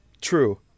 true